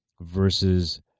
versus